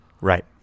Right